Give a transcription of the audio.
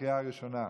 לקריאה ראשונה.